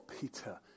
Peter